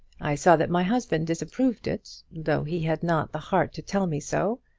i saw that my husband disapproved it, though he had not the heart to tell me so.